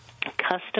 custom